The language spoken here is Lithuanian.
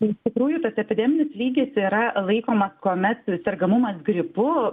iš tikrųjų tas epideminis lygis yra laikoma kuomet sergamumas gripu